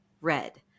red